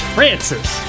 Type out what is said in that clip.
Francis